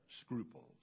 scruples